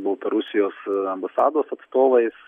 baltarusijos ambasados atstovais